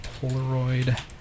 Polaroid